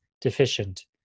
deficient